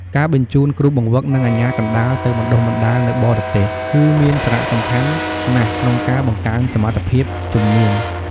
ការបញ្ជូនគ្រូបង្វឹក និងអាជ្ញាកណ្តាលទៅបណ្តុះបណ្តាលនៅបរទេស គឺមានសារៈសំខាន់ណាស់ក្នុងការបង្កើនសមត្ថភាពជំនាញ។